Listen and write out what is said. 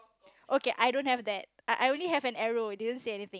okay I don't have that I I only have an arrow didn't say anything